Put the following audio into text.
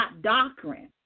doctrine